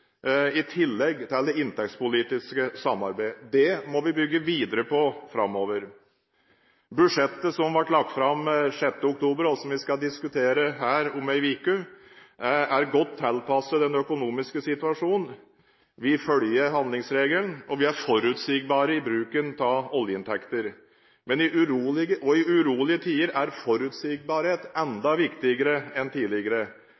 i tillegg til det inntektspolitiske samarbeidet. Det må vi bygge videre på framover. Budsjettet som ble lagt fram 6. oktober, og som vi skal diskutere her om en uke, er godt tilpasset den økonomiske situasjonen. Vi følger handlingsregelen, og vi er forutsigbare i bruken av oljeinntekter. I urolige tider er forutsigbarhet enda viktigere enn tidligere.